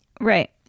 Right